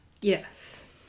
Yes